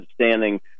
understanding